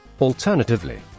Alternatively